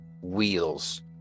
wheels